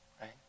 right